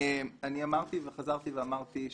אני אמרתי וחזרתי ואמרתי,